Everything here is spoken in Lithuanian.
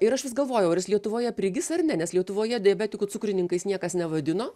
ir aš vis galvojau ar lietuvoje prigis ar ne nes lietuvoje diabetikų cukrininkais niekas nevadino